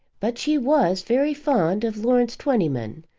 but she was very fond of lawrence twentyman,